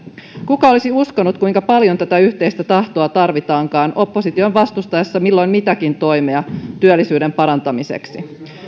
kuka olisi uskonut kuinka paljon tätä yhteistä tahtoa tarvitaankaan opposition vastustaessa milloin mitäkin toimea työllisyyden parantamiseksi